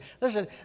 Listen